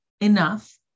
enough